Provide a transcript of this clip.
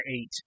eight